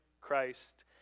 Christ